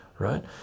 Right